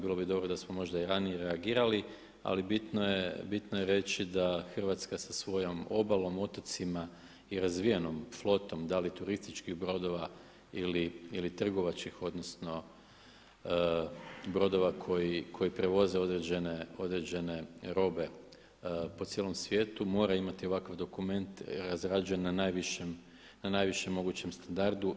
Bilo bi dobro da smo možda i ranije reagirali, ali bitno je reći da Hrvatska sa svojom obalom, otocima i razvijenom flotom da li turističkih brodova ili trgovačkih odnosno brodova koji prevoze određene robe po cijelom svijetu, mora imati ovakav dokument razrađen na najvišem mogućem standardu.